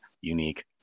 unique